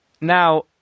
Now